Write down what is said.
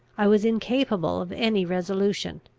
i was incapable of any resolution.